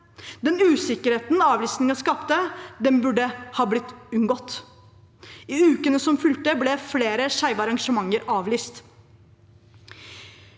Den usikkerheten avlysningen skapte, burde ha vært unngått. I ukene som fulgte, ble flere skeive arrangementer avlyst.